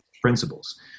principles